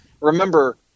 Remember